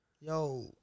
yo